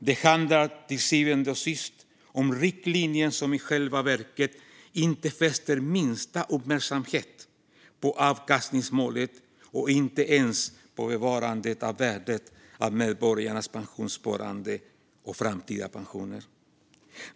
Det handlar till syvende och sist om riktlinjer som i själva verket inte fäster minsta uppmärksamhet på avkastningsmålet och inte ens på bevarandet av värdet av medborgarnas pensionssparande och framtida pensioner.